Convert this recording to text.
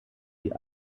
die